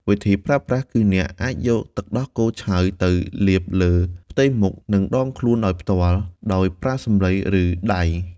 វិធីប្រើប្រាស់ គឺអ្នកអាចយកទឹកដោះគោឆៅទៅលាបលើផ្ទៃមុខ និងដងខ្លួនដោយផ្ទាល់ ដោយប្រើសំឡី ឬដៃ។